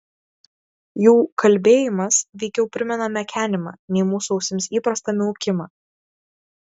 jų kalbėjimas veikiau primena mekenimą nei mūsų ausims įprastą miaukimą